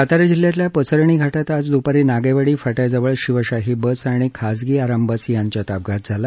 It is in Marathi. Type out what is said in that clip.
सातारा जिल्ह्यातल्या पसरणी घाटात आज दूपारी नागेवाडी फाट्याजवळ शिवशाही बस आणि खासगी आरामबस यांच्यात अपघात झाला